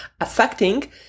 affecting